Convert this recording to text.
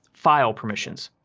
file permissions.